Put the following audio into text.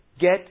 Get